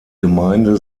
gemeinde